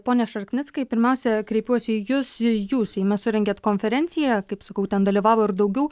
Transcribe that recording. pone šarknickai pirmiausia kreipiuosi į jus jūs seime surengėt konferenciją kaip sakau ten dalyvavo ir daugiau